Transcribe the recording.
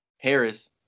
Harris